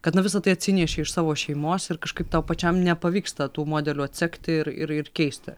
kad na visa tai atsinešei iš savo šeimos ir kažkaip tau pačiam nepavyksta tų modelių atsekti ir ir ir keisti